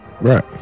right